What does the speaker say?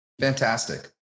Fantastic